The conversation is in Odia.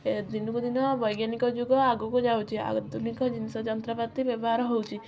ଦିନକୁ ଦିନ ବୈଜ୍ଞାନିକ ଯୁଗ ଆଗକୁ ଯାଉଛି ଆଧୁନିକ ଜିନିଷ ଯନ୍ତ୍ରପାତି ବ୍ୟବହାର ହଉଛି